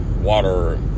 water